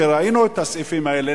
שראינו את הסעיפים האלה,